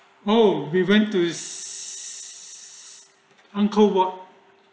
oh we went to his uncle what